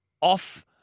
off